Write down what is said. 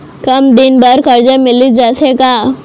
कम दिन बर करजा मिलिस जाथे का?